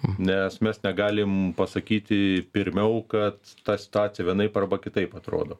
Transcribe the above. nes mes negalim pasakyti pirmiau kad ta situacija vienaip arba kitaip atrodo